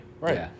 Right